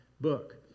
book